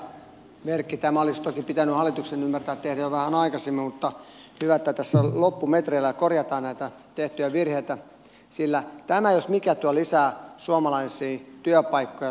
tämä olisi toki pitänyt hallituksen ymmärtää tehdä jo vähän aikaisemmin mutta hyvä että tässä loppumetreillä korjataan näitä tehtyjä virheitä sillä tämä jos mikä tuo lisää suomalaisia työpaikkoja suomalaisille